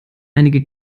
einige